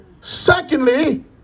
Secondly